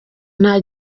nta